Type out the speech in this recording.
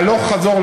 הלוך-חזור,